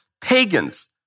pagans